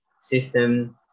system